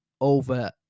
over